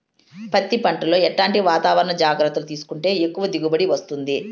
పత్తి పంట లో ఎట్లాంటి వాతావరణ జాగ్రత్తలు తీసుకుంటే ఎక్కువగా దిగుబడి వస్తుంది?